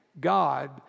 God